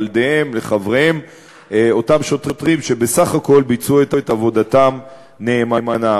לילדיהם ולחבריהם אותם שוטרים שבסך הכול ביצעו את עבודתם נאמנה.